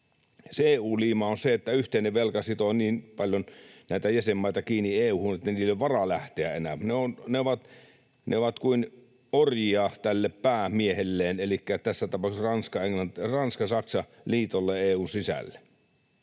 Se EU-liima on se, että yhteinen velka sitoo niin paljon näitä jäsenmaita kiinni EU:hun, että niillä ei ole varaa lähteä enää. Ne ovat kuin orjia tälle päämiehelleen, elikkä tässä tapauksessa Ranska—Saksa-liitolle EU:n sisällä.